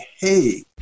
hey